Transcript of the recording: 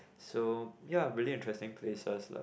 so ya really interesting places like